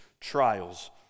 trials